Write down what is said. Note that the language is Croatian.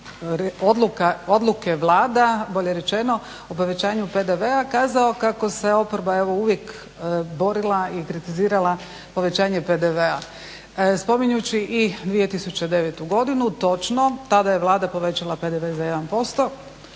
odluke Vlada bolje rečeno o povećanju PDV-a kazao kako se oporba evo uvijek borila i kritizirala povećanje PDV-a spominjući i 2009. godinu. Točno, tada je Vlada povećala PDV za 1%,